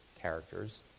characters